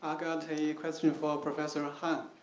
ah got a question for professor hahm.